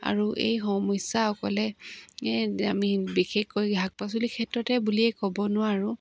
আৰু এই সমস্যাসকলে আমি বিশেষকৈ শাক পাচলিৰ ক্ষেত্ৰতে বুলিয়েই ক'ব নোৱাৰোঁ